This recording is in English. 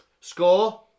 score